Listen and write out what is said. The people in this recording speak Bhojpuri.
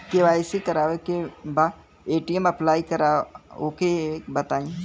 के.वाइ.सी करावे के बा ए.टी.एम अप्लाई करा ओके बताई?